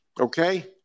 Okay